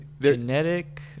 genetic